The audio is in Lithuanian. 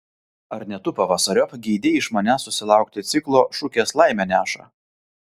ar ne tu pavasariop geidei iš manęs susilaukti ciklo šukės laimę neša